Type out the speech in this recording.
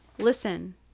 Listen